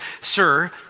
sir